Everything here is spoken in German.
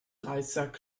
reissack